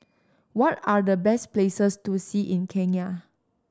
what are the best places to see in Kenya